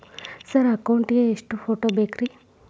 Sir account ಗೇ ಎಷ್ಟು photo ಬೇಕ್ರಿ?